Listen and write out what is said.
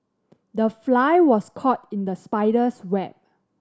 the fly was caught in the spider's web